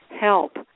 help